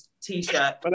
t-shirt